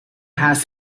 has